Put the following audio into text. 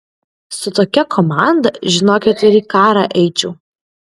su tokia komanda žinokit ir į karą eičiau